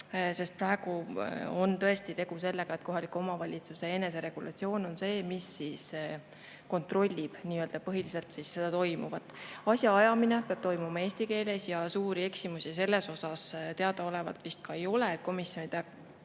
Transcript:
sest praegu on tõesti tegu sellega, et kohaliku omavalitsuse eneseregulatsioon on see, mis kontrollib põhiliselt seda toimuvat. Asjaajamine peab toimuma eesti keeles ja suuri eksimusi selles osas vist teadaolevalt ka ei ole. Komisjonide